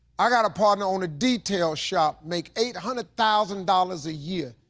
i got a partner own a detail shop, make eight hundred thousand dollars a year.